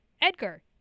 Edgar